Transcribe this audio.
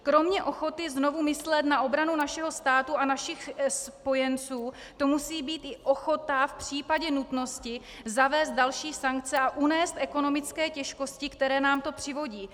Kromě ochoty znovu myslet na obranu našeho státu a našich spojenců to musí být i ochota v případě nutnosti zavést další sankce a unést ekonomické těžkosti, které nám to přivodí.